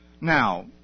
Now